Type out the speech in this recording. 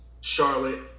charlotte